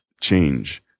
change